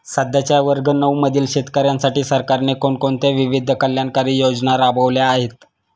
सध्याच्या वर्ग नऊ मधील शेतकऱ्यांसाठी सरकारने कोणत्या विविध कल्याणकारी योजना राबवल्या आहेत?